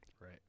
right